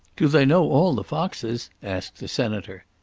do they know all the foxes? asked the senator.